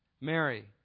Mary